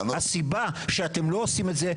הסיבה שאתם לא עושים את זה,